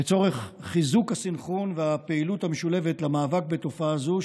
לצורך חיזוק הסנכרון והפעילות המשולבת למאבק בתופעה זו,